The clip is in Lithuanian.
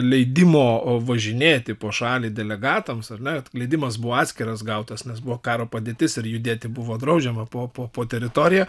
leidimo važinėti po šalį delegatams ar ne leidimas buvo atskiras gautas nes buvo karo padėtis ir judėti buvo draudžiama po po po teritoriją